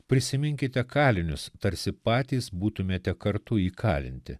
prisiminkite kalinius tarsi patys būtumėte kartu įkalinti